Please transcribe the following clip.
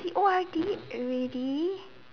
he O_R_Ded already